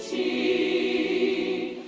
a